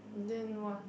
and then what